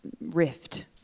rift